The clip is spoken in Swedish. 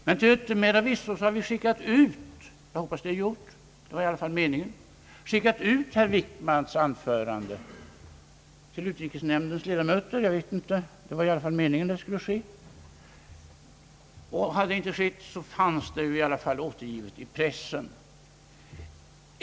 Men till yttermera visso har vi skickat ut herr Wickmans anförande till utrikesnämndens ledamöter. Jag hoppas att det är gjort, det var i varje fall meningen att det skulle ske. Har det inte skett, så har anförandet i varje fall återgivits i pressen.